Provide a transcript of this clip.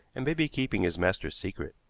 and may be keeping his master's secret,